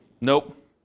Nope